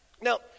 Now